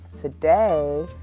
today